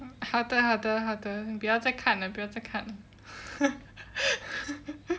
好的好的好的不要再看了不要再看了